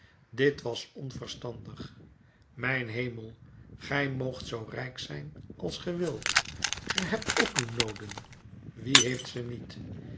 dit was onverstandig mijn hemel gij moogt zoo rijk zijn als ge wilt ge hebt ook uw nooden wie heeft ze niet